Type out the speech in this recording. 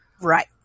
right